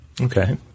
Okay